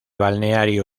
balneario